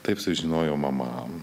taip sužinojo mama